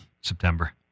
September